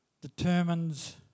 determines